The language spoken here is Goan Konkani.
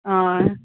हय